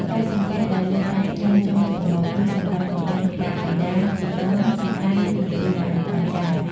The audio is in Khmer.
ការសំពះដោយលើកដៃត្រឹមចុងច្រមុះ គឺសម្រាប់សំពះមាតាបិតា ជីដូន ជីតា និងគ្រូបាអាចារ្យ។